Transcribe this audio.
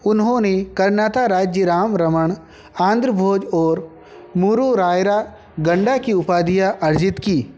उन्होंने करनाता राज्य राम रमण आंध्र भोज और मूरु रायरा गंडा की उपाधियाँ अर्जित की